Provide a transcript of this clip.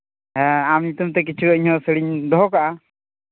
ᱦᱮᱸ ᱟᱢ ᱧᱩᱛᱩᱢ ᱛᱮ ᱠᱤᱪᱷᱩ ᱤᱧᱦᱚᱸ ᱥᱟᱹᱲᱤᱧ ᱫᱚᱦᱚ ᱠᱟᱜᱼᱟ